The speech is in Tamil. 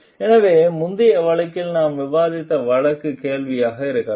எனவே முந்தைய வழக்கில் நாம் விவாதித்த வழக்கு கேள்வியாக இருக்கலாம்